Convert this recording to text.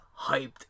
hyped